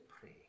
pray